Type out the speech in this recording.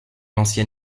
ancien